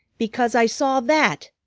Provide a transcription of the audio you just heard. because i saw that,